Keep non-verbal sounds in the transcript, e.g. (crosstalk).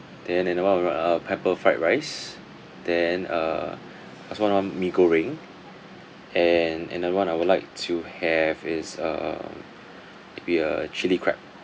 then another [one] I want a pineapple fried rice then uh (breath) I also want one mee goreng and another one I would like to have is um maybe a chilli crab